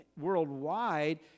worldwide